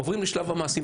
עוברים לשלב המעשים,